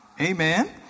Amen